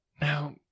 Now